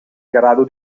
grado